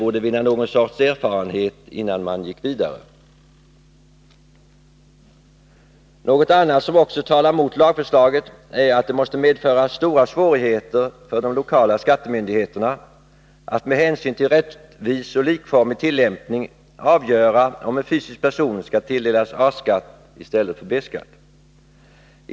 borde vinna någon sorts erfarenhet innan man går vidare. Något annat som också talar mot lagförslaget är att det måste medföra stora svårigheter för de lokala skattemyndigheterna att med hänsyn till rättvis och likformig tillämpning avgöra om en fysisk person skall tilldelas A-skatt i stället för B-skatt.